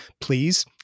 Please